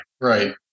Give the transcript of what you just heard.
right